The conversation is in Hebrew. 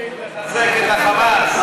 תמשיך לחזק את החמאס.